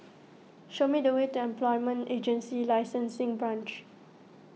show me the way to Employment Agency Licensing Branch